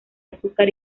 azúcar